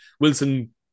Wilson